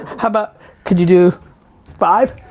ah but could you do five?